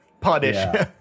Punish